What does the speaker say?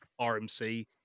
RMC